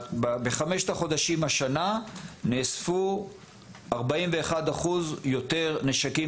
בחמשת החודשים השנה נאספו 41% יותר נשקים